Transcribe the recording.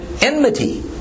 enmity